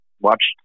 Watched